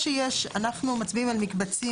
אנחנו מצביעים על מקבצים.